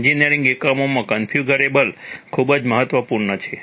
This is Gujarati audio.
એન્જિનિયરિંગ એકમોમાં કન્ફિગરેબલ ખૂબ જ મહત્વપૂર્ણ છે